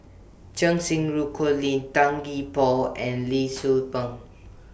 Cheng Xinru Colin Tan Gee Paw and Lee Tzu Pheng